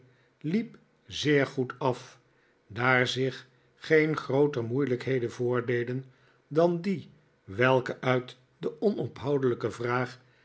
liep zeer goed af daar zich geen grooter moeilijkheden voordeden dan die welke uit de onophoudelijke vraag